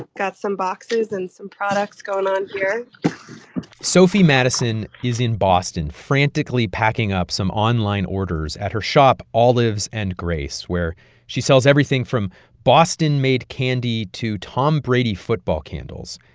got some boxes and some products going on here sofi madison is in boston frantically packing up some online orders at her shop olives and grace where she sells everything from boston-made candy to tom brady football candles.